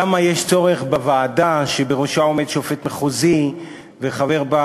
למה יש צורך בוועדה שבראשה עומד שופט מחוזי וחבר בה